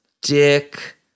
Dick